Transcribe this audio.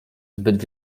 zbyt